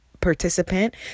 participant